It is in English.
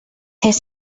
his